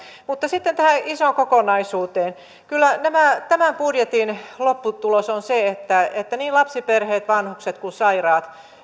mutta sitten tähän isoon kokonaisuuteen kyllä tämän budjetin lopputulos on se että niin lapsiperheet vanhukset kuin sairaat